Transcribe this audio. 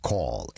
Call